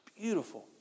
beautiful